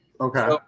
Okay